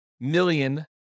million